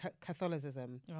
Catholicism